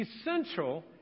essential